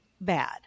bad